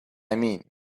mean